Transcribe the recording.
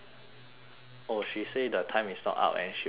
oh she say the time is not up and she will tell